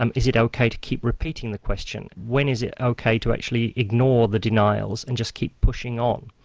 um is it ok to keep repeating the question. when is it ok to actually ignore the denials and just keep pushing on.